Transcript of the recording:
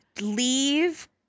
leave